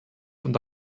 und